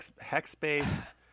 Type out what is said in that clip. hex-based